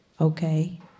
Okay